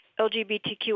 LGBTQ